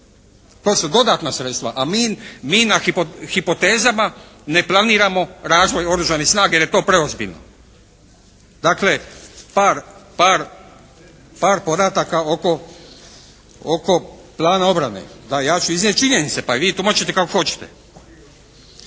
To su dodatna sredstva. A mi na hipotezama ne planiramo razvoj Oružanih snaga, jer je to preozbiljno. Dakle, par podataka oko Plana obrane. Da, ja ću iznijeti činjenice, pa ih vi tumačite kako hoćete.